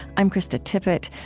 i'm krista tippett.